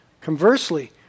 Conversely